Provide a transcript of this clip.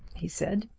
he said,